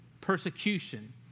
persecution